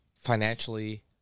financially